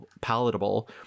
palatable